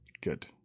Good